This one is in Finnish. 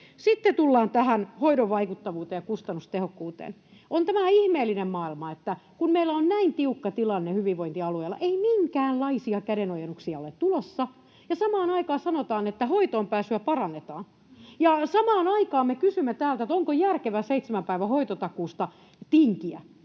Sitten tullaan tähän hoidon vaikuttavuuteen ja kustannustehokkuuteen: On tämä ihmeellinen maailma, että kun meillä on näin tiukka tilanne hyvinvointialueilla, niin ei minkäänlaisia kädenojennuksia ole tulossa, ja samaan aikaan sanotaan, että hoitoonpääsyä parannetaan. Samaan aikaan me kysymme täältä, onko järkevää seitsemän päivän hoitotakuusta tinkiä.